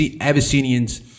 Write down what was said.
Abyssinians